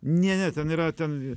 ne ne ten yra ten